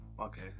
Okay